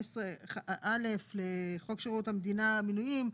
15(א) לחוק שירותי המדינה מינויים.